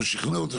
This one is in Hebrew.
שהוא שכנע אותו,